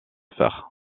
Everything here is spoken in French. faire